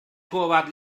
torwart